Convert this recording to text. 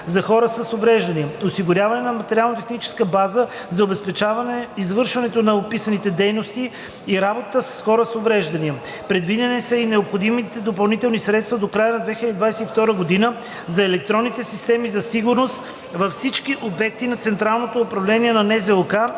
за хора с увреждания; - осигуряване на материално-техническа база за обезпечаване извършването на описаните дейности и работата с хората с увреждания. Предвидени са и необходимите допълнителни средства до края на 2022 г. за електронните системи за сигурност във всички обекти на Централното управление на НЗОК